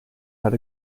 had